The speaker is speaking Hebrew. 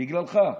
בגללך,